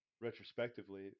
retrospectively